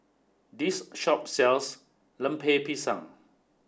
this shop sells Lemper Pisang